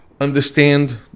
understand